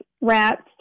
rats